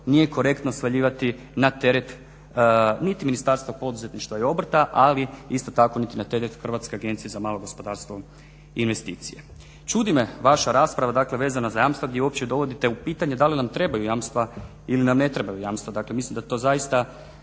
nije korektno svaljivati na teret niti Ministarstva poduzetništva i obrta, ali isto tako niti na teret Hrvatske agencije za malo gospodarstvo i investicije. Čudi me vaša rasprava, dakle vezana za jamstva gdje uopće dovodite u pitanje da li nam trebaju jamstva ili nam ne trebaju jamstva. Dakle, mislim da to zaista